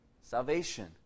Salvation